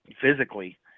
physically